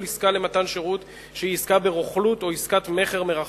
עסקה למתן שירות שהיא עסקה ברוכלות או עסקת מכר מרחוק.